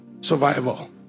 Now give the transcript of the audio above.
survival